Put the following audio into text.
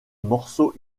morceaux